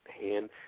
hand